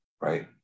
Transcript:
right